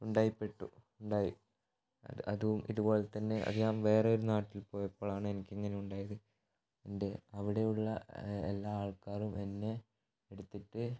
ഉണ്ടായിപ്പെട്ടു ഉണ്ടായി അതും ഇത് പോലെ തന്നെ അത് ഞാൻ വേറെ ഒരു നാട്ടിൽ പോയപ്പോളാണ് എനിക്ക് ഇങ്ങനെ ഉണ്ടായത് എൻ്റെ അവിടെയുള്ള എല്ലാ ആൾക്കാരും എന്നെ എടുത്തിട്ട്